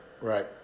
Right